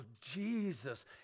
Jesus